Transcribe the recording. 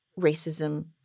racism